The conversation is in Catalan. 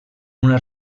una